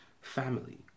family